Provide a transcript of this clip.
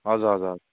हजुर हजुर हजुर